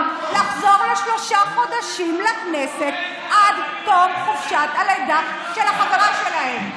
לחזור לשלושה חודשים לכנסת עד תום חופשת הלידה של החברה שלהם.